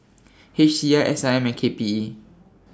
H C I S I M and K P E